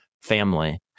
family